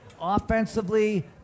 Offensively